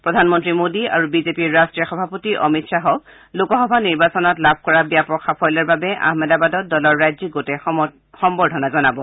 প্ৰধানমন্ত্ৰী মোদী আৰু বিজেপিৰ ৰট্টীয় সভাপতি অমিত খাহক লোকসভা নিৰ্বাচনত লাভ কৰা ব্যাপক সাফল্যৰ বাবে আহমেদাবাদত দলৰ ৰাজ্যিক গোটে সম্বৰ্ধনা জনাব